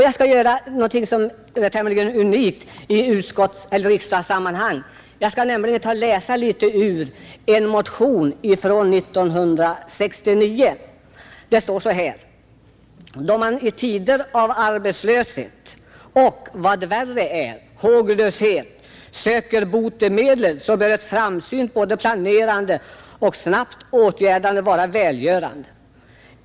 Jag skall göra något som är tämligen unikt i riksdagssammanhang och läsa litet ur en motion från 1969, där det står så här: ”Då man i tider av arbetslöshet och, vad värre är, håglöshet, söker botemedel så bör ett framsynt både planerande och snabbt åtgärdande vara välgörande.